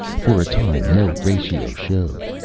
for a time no ratio showed.